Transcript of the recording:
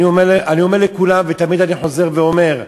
אני אומר לכולם, ותמיד אני חוזר ואומר: